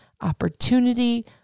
opportunity